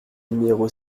numéro